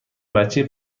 بچه